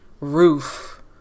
roof